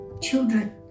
children